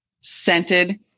scented